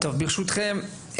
ברשותכם,